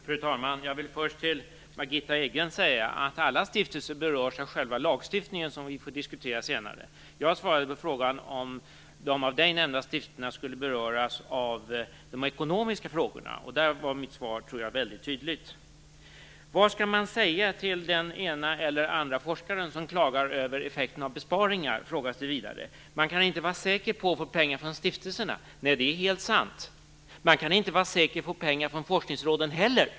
Fru talman! Jag vill först till Margitta Edgren säga att alla stiftelser berörs av själva lagstiftningen, som vi får diskutera senare. Jag svarade på frågan om de nämnda stiftelserna skulle beröras av de ekonomiska frågorna. Där var mitt svar väldigt tydligt. Vad skall man säga till den ena eller den andra forskaren som klagar över effekterna av besparingar? frågas det vidare. Man kan inte vara säker på att få pengar från stiftelserna. Nej, det är helt sant. Man kan inte vara säker på att få pengar från forskningsråden heller.